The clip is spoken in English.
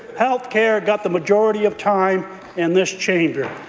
health care got the majority of time in this chamber.